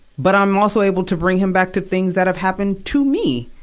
but i'm also able to bring him back to things that have happened to me,